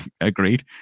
Agreed